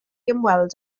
ymweld